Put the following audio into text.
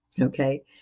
Okay